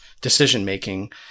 decision-making